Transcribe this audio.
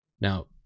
Now